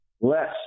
less